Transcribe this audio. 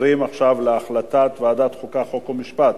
בעד, 11,